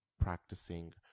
practicing